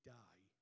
die